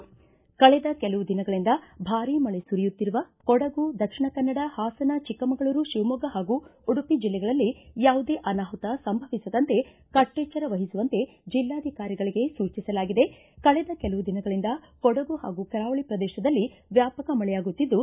ಕಳೆದ ಕೆಲವು ದಿನಗಳಿಂದ ಭಾರಿ ಮಳೆ ಸುರಿಯುತ್ತಿರುವ ಕೊಡಗು ದಕ್ಷಿಣ ಕನ್ನಡ ಹಾಸನ ಚಿಕ್ಕಮಗಳೂರು ಶಿವಮೊಗ್ಗ ಹಾಗೂ ಉಡುಪಿ ಜಿಲ್ಲೆಗಳಲ್ಲಿ ಯಾವುದೇ ಅನಾಹುತ ಸಂಭವಿಸದಂತೆ ಕಟ್ಟೆಚ್ಚರ ವಹಿಸುವಂತೆ ಜಿಲ್ಲಾಧಿಕಾರಿಗಳಗೆ ಸೂಚಿಸಲಾಗಿದೆ ಕಳೆದ ಕೆಲವು ದಿನಗಳಿಂದ ಕೊಡಗು ಹಾಗೂ ಕರಾವಳಿ ಪ್ರದೇಶದಲ್ಲಿ ವ್ಯಾಪಕ ಮಳೆಯಾಗುತ್ತಿದ್ದು